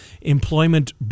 employment